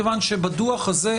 מכיוון שבדוח הזה,